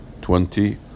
Twenty